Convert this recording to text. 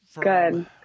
good